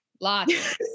Lots